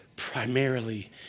Primarily